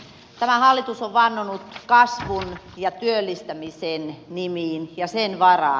tämä hallitus on vannonut kasvun ja työllistämisen nimiin ja sen varaan